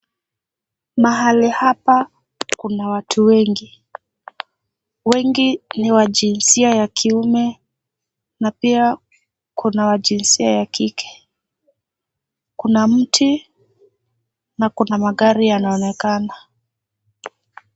Mahali hapa kuna watu wengi, wengi ni wajinsia ya kiume na pia kuna wajinsia ya kike. Kuna mti na kuna magari yanayoonekana.